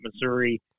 Missouri